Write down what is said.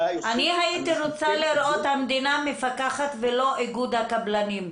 הייתי רוצה לראות את המדינה מפקחת ולא איגוד הקבלנים,